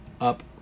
up